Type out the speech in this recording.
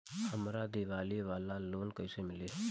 हमरा दीवाली वाला लोन कईसे मिली?